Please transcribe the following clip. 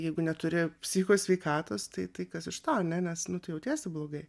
jeigu neturi psicho sveikatos tai kas iš to ane nes nu tu jautiesi blogai